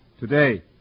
Today